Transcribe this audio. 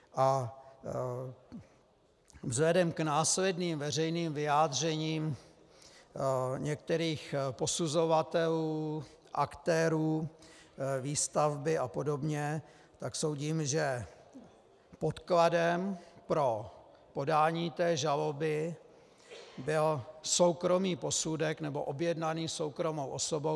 Vzhledem k následným veřejným vyjádřením některých posuzovatelů, aktérů výstavby apod., soudím, že podkladem pro podání té žaloby byl soukromý posudek, nebo objednaný soukromou osobou.